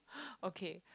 okay